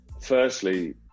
Firstly